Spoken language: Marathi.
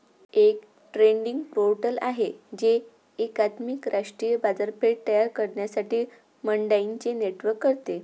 एक ट्रेडिंग पोर्टल आहे जे एकात्मिक राष्ट्रीय बाजारपेठ तयार करण्यासाठी मंडईंचे नेटवर्क करते